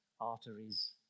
arteries